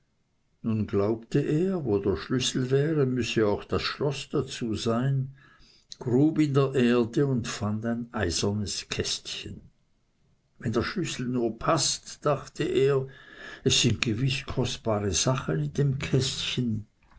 nun glaubte er wo der schlüssel wäre müßte auch das schloß dazu sein grub in der erde und fand ein eisernes kästchen wenn der schlüssel nur paßt dachte er es sind gewiß kostbare sachen in dem kästchen